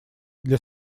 для